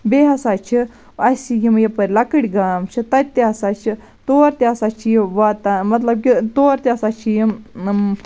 بیٚیہِ ہَسا چھِ اَسہِ یِم یَپٲر لَکٕٹۍ گام چھِ تَتہِ ہَسا چھِ تور تہِ ہَسا چھِ واتان مَطلَب کہِ تور تہِ ہَسا چھِ یِم